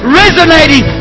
resonating